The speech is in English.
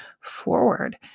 forward